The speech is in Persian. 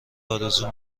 آرزو